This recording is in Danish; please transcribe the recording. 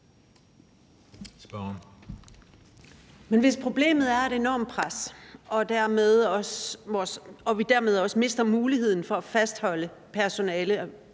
hvis problemet er et enormt pres og vi dermed også mister muligheden for at fastholde erfarent